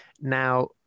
Now